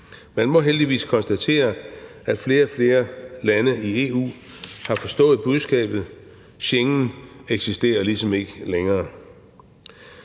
Man må heldigvis konstatere, at flere og flere lande i EU har forstået budskabet. Schengen eksisterer ligesom ikke længere.